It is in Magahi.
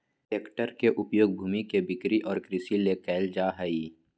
हेक्टेयर के उपयोग भूमि के बिक्री और कृषि ले कइल जाय हइ